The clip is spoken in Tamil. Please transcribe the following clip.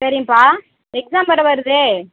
சரிங்கப்பா எக்ஸாம் வேறு வருதே